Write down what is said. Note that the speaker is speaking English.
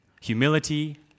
humility